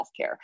healthcare